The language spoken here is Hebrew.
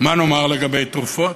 מה נאמר לגבי תרופות?